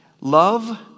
Love